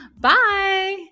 Bye